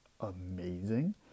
amazing